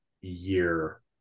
year